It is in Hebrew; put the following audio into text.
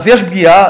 יש פגיעה,